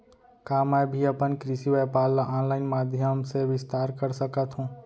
का मैं भी अपन कृषि व्यापार ल ऑनलाइन माधयम से विस्तार कर सकत हो?